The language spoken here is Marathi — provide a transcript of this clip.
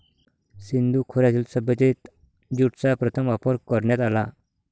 सिंधू खोऱ्यातील सभ्यतेत ज्यूटचा प्रथम वापर करण्यात आला